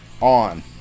on